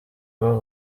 abo